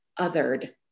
othered